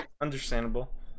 understandable